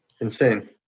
Insane